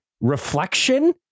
reflection